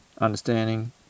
understanding